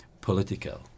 political